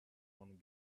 one